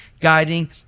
guiding